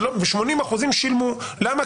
80% שילמו, למה?